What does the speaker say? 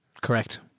Correct